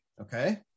Okay